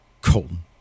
Colton